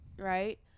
right